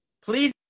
please